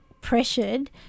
pressured